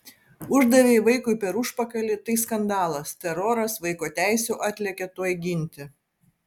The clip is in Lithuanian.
uždavei vaikui per užpakalį tai skandalas teroras vaiko teisių atlėkė tuoj ginti